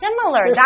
similar